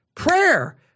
Prayer